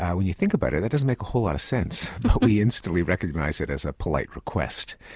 when you think about it, that doesn't make a whole lot of sense but we instantly recognise it as a polite request.